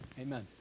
amen